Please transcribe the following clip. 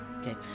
Okay